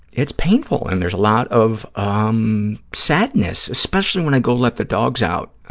it's painful, and there's a lot of um sadness, especially when i go let the dogs out